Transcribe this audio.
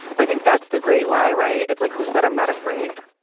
i think that's the great lie, right? it's like, who said i'm not afraid?